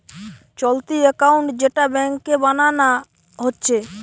চলতি একাউন্ট যেটা ব্যাংকে বানানা হচ্ছে